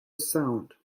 sound